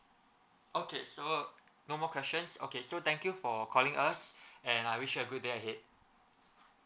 okay so no more questions okay so thank you for calling us and I wish you a good day ahead